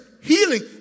healing